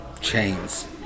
chains